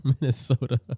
Minnesota